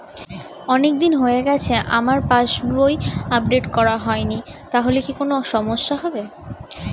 অনেকদিন হয়ে গেছে আমার পাস বই আপডেট করা হয়নি তাহলে কি কোন সমস্যা হবে?